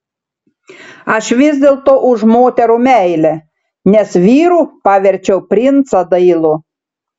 aš vis dėlto už moterų meilę nes vyru paverčiau princą dailų